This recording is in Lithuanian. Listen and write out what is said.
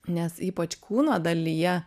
nes ypač kūno dalyje